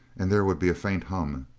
and there would be a faint hum.